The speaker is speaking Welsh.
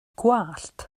gwallt